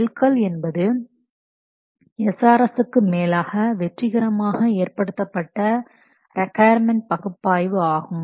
mile கல் என்பது SRS க்கு மேலாக வெற்றிகரமாக ஏற்படுத்தப்பட்ட ரிக்கொயர்மென்ட் பகுப்பாய்வு ஆகும்